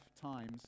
times